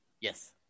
Yes